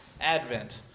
Advent